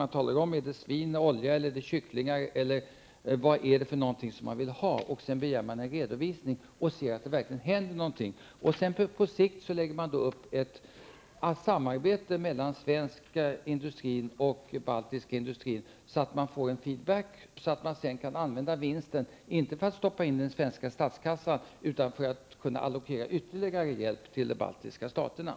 Mottagaren meddelar om det skall vara svin, olja eller kycklingar och redovisar sedan att det verkligen händer något. På sikt kan ett samarbete mellan svensk och baltisk industri läggas upp. Det bör bli en feedback, så att vinsten kan användas för att allokera ytterligare hjälp till de baltiska staterna -- inte för att stoppa in vinsten i den svenska statskassan.